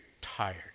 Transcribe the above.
tired